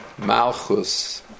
Malchus